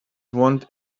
want